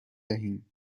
دهیم